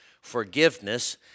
forgiveness